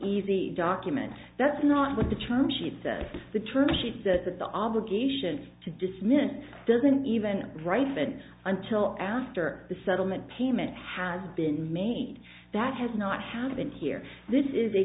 easy document that's not what the term sheet says the term sheet says that the obligation to dismiss it doesn't even write that until after the settlement payment has been made that has not happened here this is a